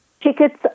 Tickets